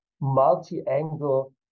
multi-angle